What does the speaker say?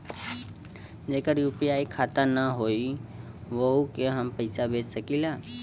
जेकर यू.पी.आई खाता ना होई वोहू के हम पैसा भेज सकीला?